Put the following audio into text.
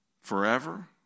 forever